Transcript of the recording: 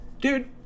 Dude